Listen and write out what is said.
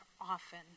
often